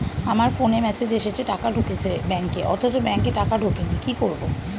আমার ফোনে মেসেজ এসেছে টাকা ঢুকেছে ব্যাঙ্কে অথচ ব্যাংকে টাকা ঢোকেনি কি করবো?